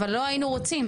אבל לא היינו רוצים.